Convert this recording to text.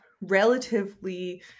relatively